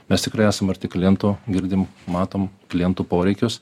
mes tikrai esam arti klientų girdim matom klientų poreikius